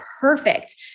perfect